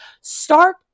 Start